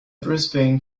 brisbane